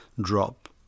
drop